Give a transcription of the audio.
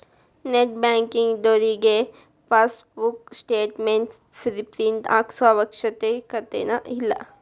net banking ಇದ್ದೋರಿಗೆ passbook statement print ಹಾಕ್ಸೋ ಅವಶ್ಯಕತೆನ ಇಲ್ಲಾ